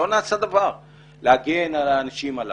לא נעשה דבר כדי להגן על האנשים הללו.